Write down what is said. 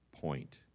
point